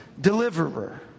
deliverer